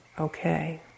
okay